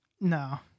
No